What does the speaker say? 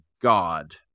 god